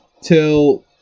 till